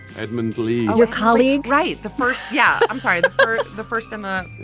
edmund lee your colleague right the first yeah. i'm sorry the the first time. um